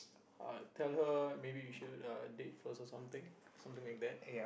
uh tell her maybe we should uh date first or something something like that